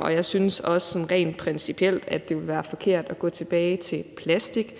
og jeg synes også rent principielt, at det ville være forkert at gå tilbage til plastik,